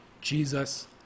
Jesus